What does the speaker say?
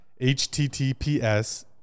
HTTPS